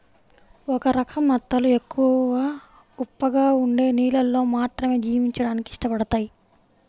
ఒక రకం నత్తలు ఎక్కువ ఉప్పగా ఉండే నీళ్ళల్లో మాత్రమే జీవించడానికి ఇష్టపడతయ్